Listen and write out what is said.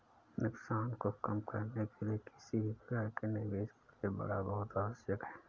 नुकसान को कम करने के लिए किसी भी प्रकार के निवेश के लिए बाड़ा बहुत आवश्यक हैं